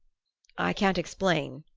i can't explain,